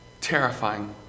terrifying